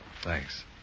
Thanks